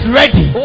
ready